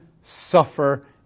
suffer